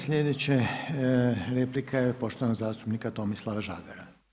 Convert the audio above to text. Sljedeća replika je poštovanog zastupnika Tomislava Žagara.